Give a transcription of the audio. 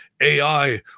AI